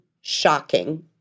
shocking